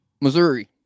Missouri